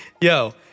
Yo